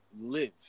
live